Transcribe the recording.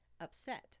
upset